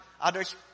Others